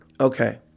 okay